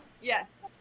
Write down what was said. Yes